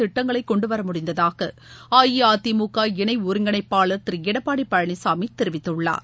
திட்டங்களை கொண்டு வர முடிந்ததாக அஇஅதிமுக இணை ஒருங்கிணைப்பாளர் திரு எடப்பாடி பழனிசாமி தெரிவித்துள்ளார்